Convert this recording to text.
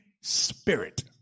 spirit